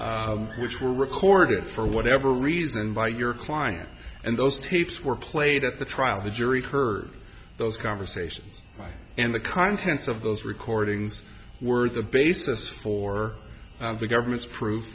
which were recorded for whatever reason by your client and those tapes were played at the trial the jury heard those conversations and the contents of those recordings words a basis for the government's proof